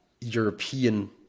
European